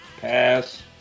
pass